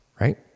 right